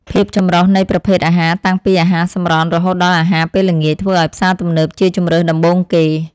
ភាពចម្រុះនៃប្រភេទអាហារតាំងពីអាហារសម្រន់រហូតដល់អាហារពេលល្ងាចធ្វើឱ្យផ្សារទំនើបជាជម្រើសដំបូងគេ។